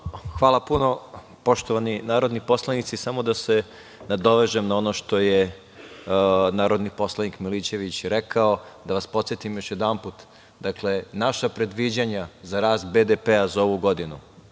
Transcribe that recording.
Hvala. Poštovani narodni poslanici, samo da se nadovežem na ono što je narodni poslanik Milićević rekao, da vas podsetim još jednom. Dakle, naša predviđanja za rast BDP za ovu godinu